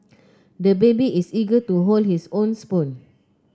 the baby is eager to hold his own spoon